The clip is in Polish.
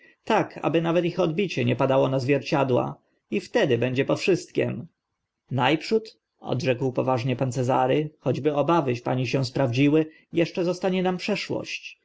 tak aby nawet ich odbicie nie padło na zwierciadła i wtedy będzie po wszystkim kur daw kogut rękopism dziś rękopis zwierciadlana zagadka na przód odrzekł poważnie pan cezary choćby obawy pani się sprawdziły eszcze zostanie nam przeszłość